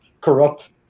corrupt